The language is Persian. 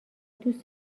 دوست